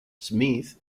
smith